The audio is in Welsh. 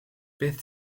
beth